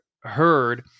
heard